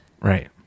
right